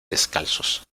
descalzos